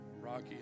Rocky